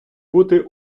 бути